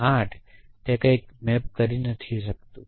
8 તે કંઈક પર મેપ કરી શકતું નથી